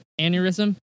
aneurysm